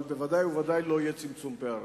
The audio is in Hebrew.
אבל ודאי וודאי שלא יהיה צמצום פערים.